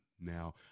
Now